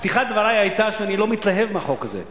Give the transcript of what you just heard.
פתיחת דברי היתה שאני לא מתלהב מהחוק הזה,